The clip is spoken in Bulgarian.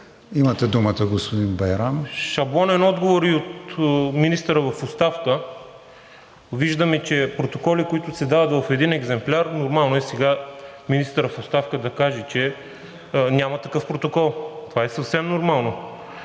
Имате думата, господин Байрам. БАЙРАМ БАЙРАМ (ДПС): Шаблонен отговор и от министъра в оставка. Виждаме, че протоколи, които се дават в един екземпляр, нормално е сега министърът в оставка да каже, че няма такъв протокол. Това е съвсем нормално.